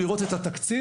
לראות את התקציב.